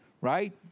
right